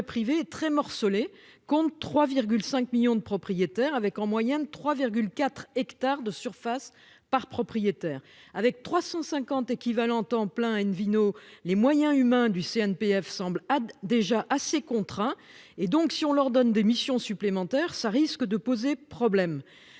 privée très morcelé compte 3 5 millions de propriétaires avec en moyenne 3 4 hectares de surface par propriétaire avec 350 équivalents temps plein une vino les moyens humains du CNPF semble ah déjà assez contraint et donc si on leur donne des missions supplémentaires, ça risque de poser problème.